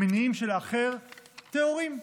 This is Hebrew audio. המניעים של האחר טהורים.